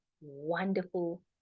wonderful